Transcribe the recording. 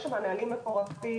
יש שם נהלים מפורטים,